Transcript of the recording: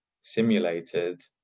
simulated